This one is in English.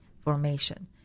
formation